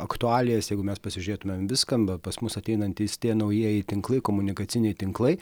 aktualijas jeigu mes pasižiūrėtumėm vis skamba pas mus ateinantys tie naujieji tinklai komunikaciniai tinklai